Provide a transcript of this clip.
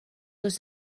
oes